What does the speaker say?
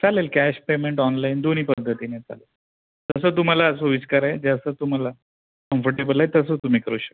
चालेल cash payment online दोन्ही पद्धतीने चालेल जसं तुम्हाला सोयीस्कर आहे जसं तुम्हाला कम्फर्टेबल तसं तुम्ही करू शकता